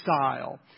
style